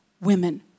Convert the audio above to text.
women